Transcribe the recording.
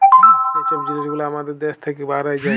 যে ছব জিলিস গুলা আমাদের দ্যাশ থ্যাইকে বাহরাঁয় যায়